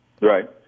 right